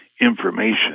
information